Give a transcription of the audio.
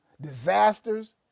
disasters